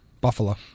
Buffalo